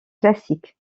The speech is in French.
classiques